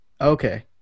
Okay